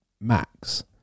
Max